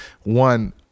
one